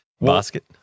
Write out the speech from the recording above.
basket